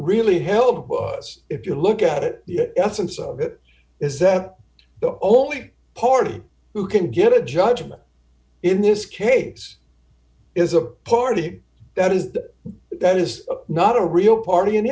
really help us if you look at it the essence of it is that the only party who can get a judgment in this case is a party that is that is not a real party and